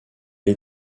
est